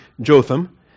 Jotham